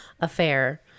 affair